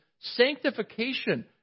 sanctification